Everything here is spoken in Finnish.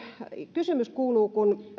kysymys kuuluu